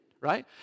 right